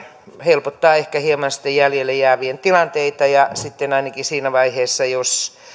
helpottaa ehkä hieman jäljelle jäävien tilanteita ja ainakin siinä vaiheessa jos